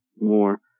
more